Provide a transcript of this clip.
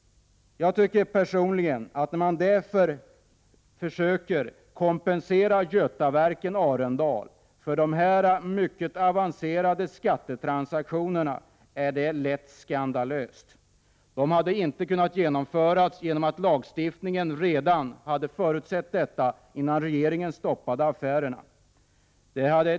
Jag tycker personligen att när man försöker kompensera Götaverken Arendal för dessa mycket avancerade skattetransaktioner, är det lätt skandalöst. De hade inte kunnat genomföras eftersom lagstiftningen redan hade förutsett detta innan regeringen stoppade affärerna.